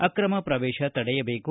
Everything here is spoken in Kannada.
ಅಕ್ರಮ ಶ್ರವೇಶ ತಡೆಯಬೇಕು